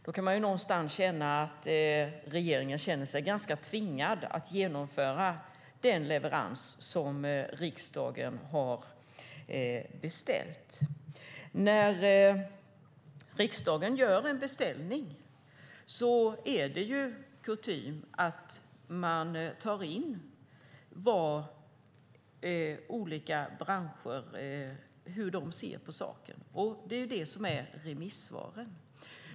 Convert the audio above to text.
Då kan man känna att regeringen känner sig ganska tvingad att genomföra den leverans som riksdagen har beställt. När riksdagen gör en beställning är det kutym att man tar in hur olika branscher ser på saken - det är remissvaren.